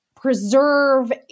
preserve